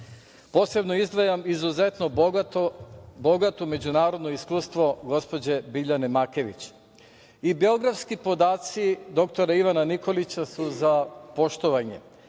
Posebno izdvajam izuzetno bogato međunarodno iskustvo gospođe Biljane Makević.I beogradski podaci dr Ivana Nikolića su za poštovanje.